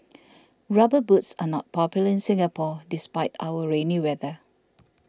rubber boots are not popular in Singapore despite our rainy weather